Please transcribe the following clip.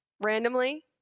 randomly